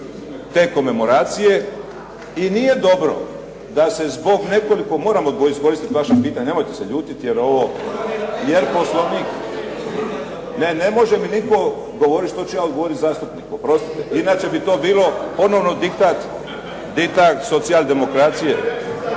te komemoracije. I nije dobro da se zbog nekoliko moram odvojiti, iskoristiti vaše pitanje, nemojte se ljutiti jer ovo. Jer Poslovnik, ne ne može mi nitko govorit što ću ja odgovoriti zastupniku. Oprostite, inače bi to bilo ponovno diktat socijal-demokracije,